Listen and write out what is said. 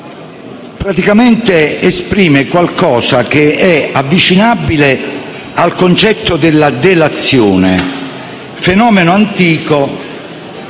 dell'articolo 1 esprime qualcosa che è avvicinabile al concetto della delazione, fenomeno antico